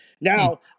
Now